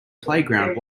playground